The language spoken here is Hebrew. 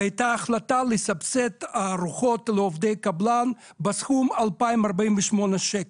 הייתה החלטה לסבסד ארוחות לעובדי קבלן בסכום 2,048 שקלים,